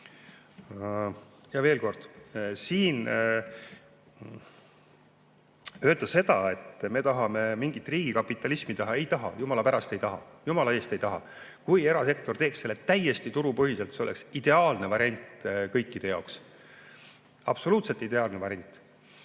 veel kord, öelda seda, et me tahame mingit riigikapitalismi teha – ei taha, jumala pärast, ei taha, jumala eest, ei taha. Kui erasektor teeks selle täiesti turupõhiselt, oleks see ideaalne variant kõikide jaoks. Absoluutselt ideaalne variant. Laeva